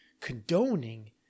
condoning